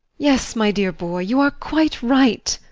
yes, my dear boy, you are quite right.